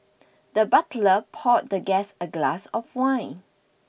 the butler poured the guest a glass of wine